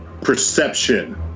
perception